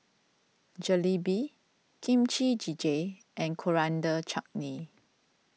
Jalebi Kimchi Jjigae and Coriander Chutney